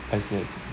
I see I see